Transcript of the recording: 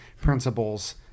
principles